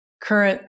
current